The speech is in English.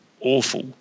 awful